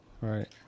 Right